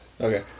Okay